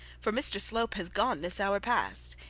for mr slope has gone this hour past.